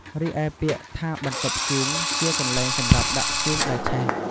រីឯ ពាក្យថាបន្ទប់ធ្យូង ជាកន្លែងសម្រាប់ដាក់ធ្យូងដែលឆេះ។